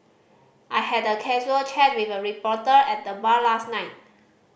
I had a casual chat with a reporter at the bar last night